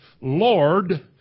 Lord